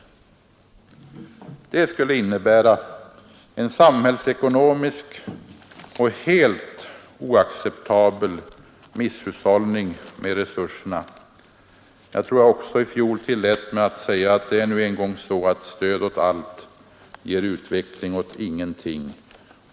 Det skulle innebära en samhällsekonomiskt sett helt oacceptabel misshushållning med resurserna. Jag tror jag i fjol också tillät mig säga att det nu en gång är så, att stöd åt allt ger utveckling åt ingenting.